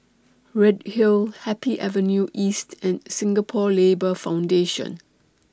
Redhill Happy Avenue East and Singapore Labour Foundation